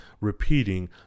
repeating